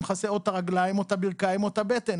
מכסה את הרגליים או את הברכיים או את הבטן.